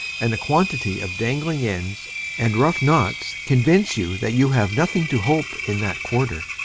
and a quantity of dangling ends and rough knots convince you that you have nothing to hope in that quarter.